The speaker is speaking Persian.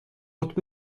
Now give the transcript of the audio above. قطب